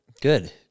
Good